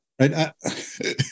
Right